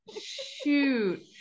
Shoot